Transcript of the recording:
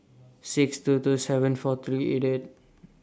six two two seven four three eight eight